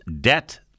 debt